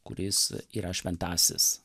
kuris yra šventasis